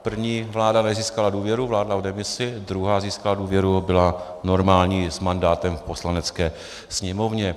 První vláda nezískala důvěru, vládla v demisi, druhá získala důvěru a byla normální i s mandátem v Poslanecké sněmovně.